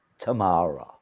Tamara